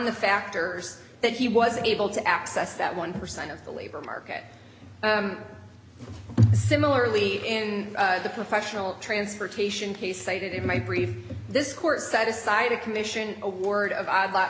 the factors that he was able to access that one percent of the labor market similarly in the professional transportation case cited in my brief this court set aside a commission award of i'd like